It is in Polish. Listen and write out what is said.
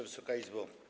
Wysoka Izbo!